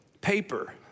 Paper